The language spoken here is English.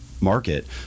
market